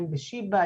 אם בשיבא,